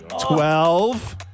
Twelve